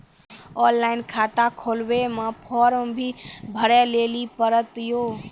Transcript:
Online खाता खोलवे मे फोर्म भी भरे लेली पड़त यो?